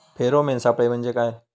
Pheromone सापळे म्हंजे काय?